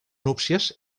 núpcies